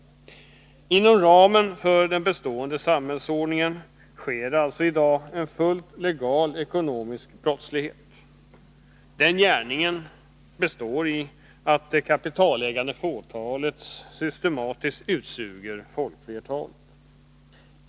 Inom ramen för den bestående samhällsordningen finns det alltså i dag en fullt legal ekonomisk brottslighet. Den består i att det kapitalägande fåtalet systematiskt utsuger folkflertalet.